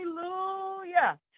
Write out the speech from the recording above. hallelujah